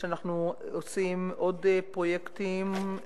עוד פרויקטים,